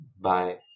Bye